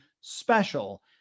special